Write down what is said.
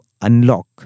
unlock